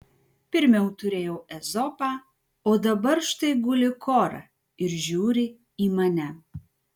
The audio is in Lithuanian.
pirmiau turėjau ezopą o dabar štai guli kora ir žiūri į mane